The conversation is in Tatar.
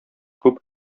күп